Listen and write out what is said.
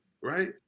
right